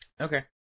Okay